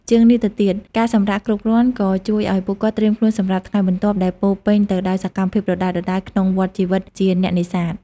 ជាងនេះទៅទៀត ការសម្រាកគ្រប់គ្រាន់ក៏ជួយឲ្យពួកគាត់ត្រៀមខ្លួនសម្រាប់ថ្ងៃបន្ទាប់ដែលពោរពេញទៅដោយសកម្មភាពដដែលៗក្នុងវដ្តជីវិតជាអ្នកនេសាទ។